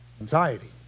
anxiety